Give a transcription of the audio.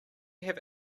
have